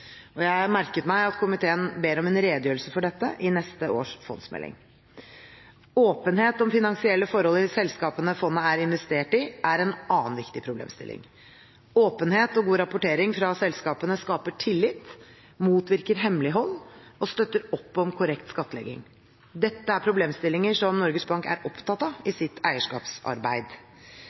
Jeg har merket meg at komiteen ber om en redegjørelse for dette i neste års fondsmelding. Åpenhet om finansielle forhold i selskapene fondet er investert i, er en annen viktig problemstilling. Åpenhet og god rapportering fra selskapene skaper tillit, motvirker hemmelighold og støtter opp om korrekt skattlegging. Dette er problemstillinger som Norges Bank er opptatt av i sitt eierskapsarbeid.